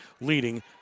leading